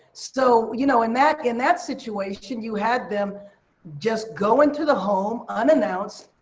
so you know in that and that situation, you had them just go into the home, unannounced,